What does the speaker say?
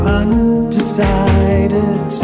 undecided